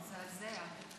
מזעזע.